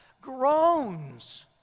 groans